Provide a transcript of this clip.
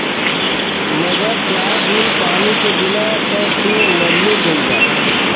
मगर चार दिन पानी के बिना त तू मरिए जइबा